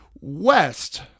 West